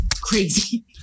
Crazy